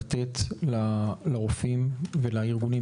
לתת לרופאים ולארגונים,